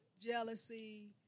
jealousy